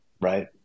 right